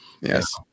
Yes